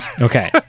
Okay